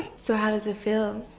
so how does it feel?